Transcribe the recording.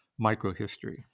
microhistory